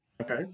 Okay